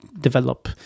develop